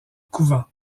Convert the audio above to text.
couvent